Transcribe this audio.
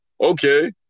Okay